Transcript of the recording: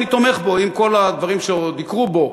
אני תומך בו עם כל הדברים שעוד יקרו בו,